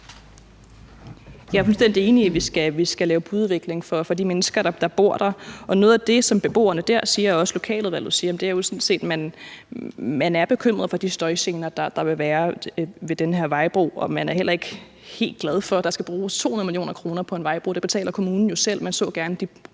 Jeg er fuldstændig enig i, at vi skal lave byudvikling for de mennesker, der bor der, og noget af det, som beboerne der siger og også lokaludvalget siger, er, at man er bekymret for de støjgener, der vil være ved den her vejbro, og man er heller ikke helt glad for, at der skal bruges 200 mio. kr. på en vejbro. Der betaler kommunen jo selv.